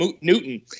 Newton